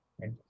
right